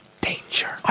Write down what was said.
danger